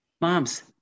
Moms